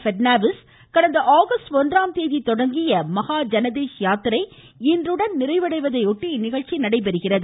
பட்னாவிஸ் கடந்த ஆகஸ்ட் ஒன்றாம் தேதி தொடங்கிய மகா ஜனதேஷ் யாத்திரை இன்றுடன் நிறைவடைவதையொட்டி இந்நிகழ்ச்சி நடைபெறுகிறது